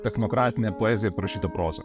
technokratinė poezija parašyta proza